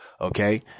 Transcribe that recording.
Okay